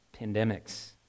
pandemics